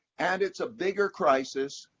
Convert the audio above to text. and it's a bigger crisis.